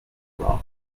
bra